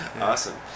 Awesome